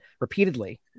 repeatedly